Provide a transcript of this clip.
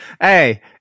Hey